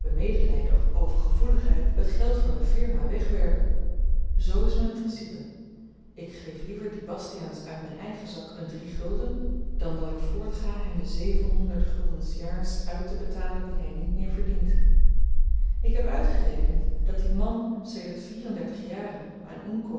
medelyden of overgevoeligheid het geld van de firma wegwerpen z is myn principe ik geef liever dien bastiaans uit myn eigen zak een driegulden dan dat ik voortga hem de zevenhonderd gulden s jaars uittebetalen die hy niet meer verdient ik heb uitgerekend dat die man sedert vier-en-dertig jaren aan